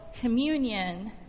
communion